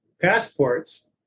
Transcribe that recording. passports